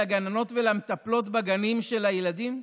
לגננות ולמטפלות בגנים של הילדים?